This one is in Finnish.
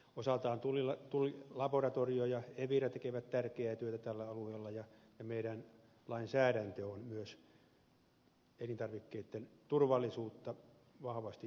osaltaan tullilaboratorio ja evira tekevät tärkeää työtä tällä alueella ja meidän lainsäädäntömme on myös elintarvikkeitten turvallisuutta vahvasti tukeva